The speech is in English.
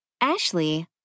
Ashley